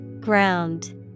Ground